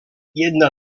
jedna